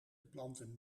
planten